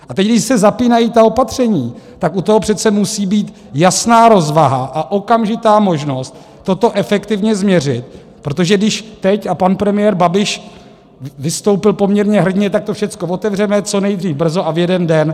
A teď když se zapínají ta opatření, tak u toho přece musí být jasná rozvaha a okamžitá možnost toto efektivně změřit, protože když teď, a pan premiér Babiš vystoupil poměrně hrdinně tak to všechno otevřeme, co nejdřív, brzo a v jeden den.